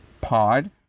pod